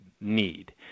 need